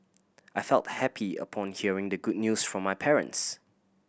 I felt happy upon hearing the good news from my parents